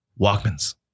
Walkmans